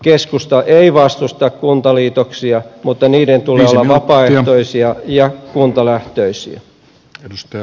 keskusta ei vastusta kuntaliitoksia mutta niiden tulee olla vapaaehtoisia ja kuntalähtöisiä